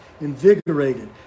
invigorated